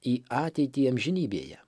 į ateitį amžinybėje